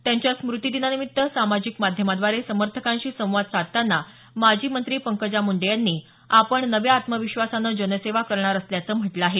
त्यांच्या स्मृतिदिनानिमित्त सामाजिक माध्यमाद्वारे समर्थकांशी संवाद माजी मंत्री पंकजा मुंडे यांनी आपण नव्या आत्मविश्वासानं जनसेवा करणार असल्याचं म्हटलं आहे